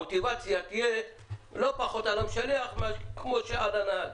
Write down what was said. המוטיבציה תהיה לא פחות על המשלח כמו שעל הנהג.